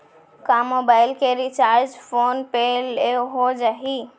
का मोबाइल के recharge PhonePe ले हो जाही?